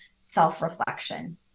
self-reflection